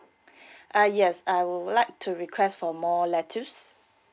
ah yes I would like to request for more lettuce